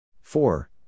Four